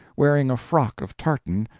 wearing a frock of tartan,